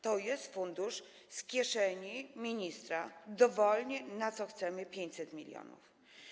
To jest fundusz z kieszeni ministra, wydawane dowolnie, na co chcemy 500 mln.